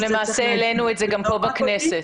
בבקשה.